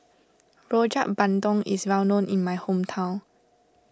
Rojak Bandung is well known in my hometown